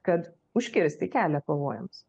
kad užkirsti kelią pavojams